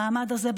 במעמד הזה,